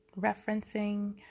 referencing